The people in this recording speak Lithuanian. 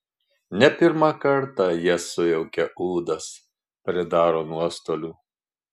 ne pirmą kartą jie sujaukia ūdas pridaro nuostolių